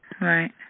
Right